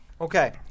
Okay